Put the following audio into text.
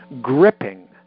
gripping